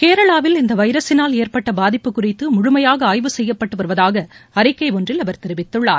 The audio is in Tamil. கேளாவில் இந்தவைரஸினால் ஏற்பட்டபாதிப்பு குறித்துமுழமையாகஆய்வு செய்யப்பட்டுவருவதாகஅறிக்கைஒன்றில் அவர் தெரிவித்துள்ளார்